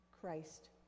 Christ